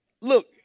look